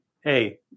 hey